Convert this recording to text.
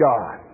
God